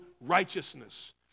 righteousness